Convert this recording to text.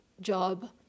job